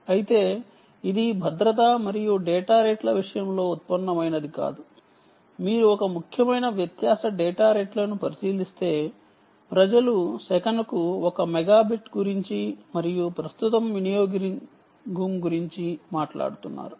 అయితే ఇది భద్రత విషయంలో ఉన్నతమైనది కాదు మరియు డేటా రేట్లు ఇది ఒక ముఖ్యమైన వ్యత్యాసం డేటా రేట్లను పరిశీలిస్తే ప్రజలు సెకనుకు 1 మెగాబిట్ గురించి మరియు కరెంటు వినియోగం గురించి మాట్లాడుతున్నారు